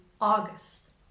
August